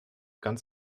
ganz